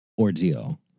ordeal